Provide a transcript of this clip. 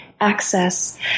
access